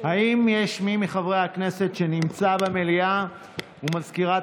יש מי מחברי הכנסת שנמצא במליאה ומזכירת